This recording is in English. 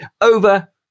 over